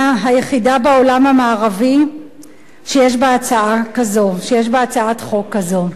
היחידה בעולם המערבי שיש בה הצעת חוק כזאת.